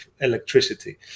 electricity